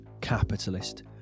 capitalist